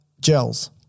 Gels